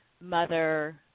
mother